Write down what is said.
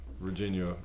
Virginia